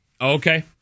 Okay